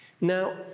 Now